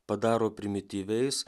padaro primityviais